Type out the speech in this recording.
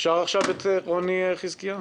אפשר עכשיו את רוני חזקיה?